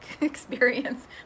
experience